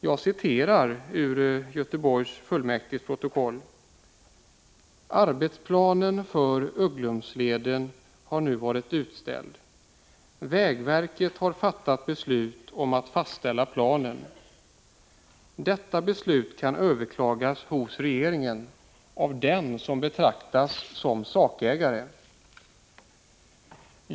Jag citerar ur Göteborgs kommunfullmäktiges protokoll: ”Arbetsplanen för Ugglumsleden har nu varit utställd. Vägverket har fattat beslut om att fastställa planen. Detta beslut kan överklagas hos regeringen av den som betraktas som sakägare.